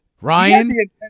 Ryan